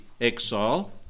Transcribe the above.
exile